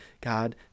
God